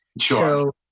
Sure